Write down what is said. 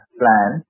plan